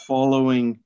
Following